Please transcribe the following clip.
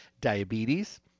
diabetes